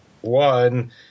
One